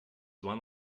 one